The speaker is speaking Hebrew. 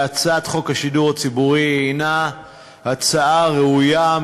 הצעת חוק השידור הציבורי היא הצעה ראויה,